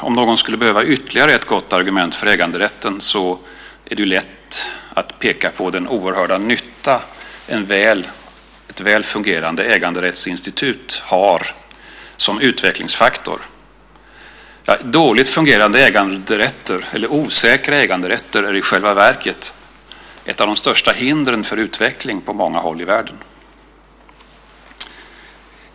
Om någon skulle behöva ytterligare ett gott argument för äganderätten är det lätt att peka på den oerhörda nytta ett väl fungerande äganderättsinstitut har som utvecklingsfaktor. Osäkra äganderätter är i själva verket ett av de största hindren för utveckling på många håll i världen.